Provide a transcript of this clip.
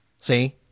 See